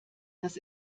das